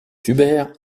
hubert